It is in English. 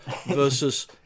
versus